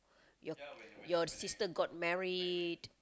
your your sister got married